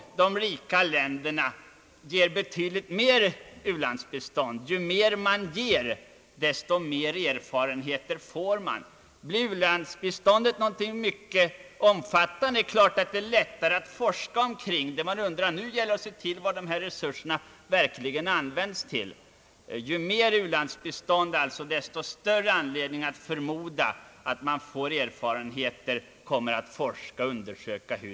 Ju mer man ger desto fler erfarenheter får man. Blir u-landsbiståndet mycket omfattande är det klart att det blir lättare att bedriva forskning om detta. Det blir angelägnare att undersöka hur resurserna används. Ju mer u-landsbistånd, desto större anledning har man att förmoda att erfarenheter kommer till nytta.